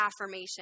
affirmation